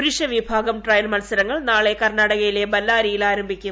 പുരുഷ വിഭാഗം ട്രയൽ മത്സരങ്ങൾ നാളെ കർണ്ണാടകയിലെ ബല്ലാരിയിൽ ആരംഭിക്കും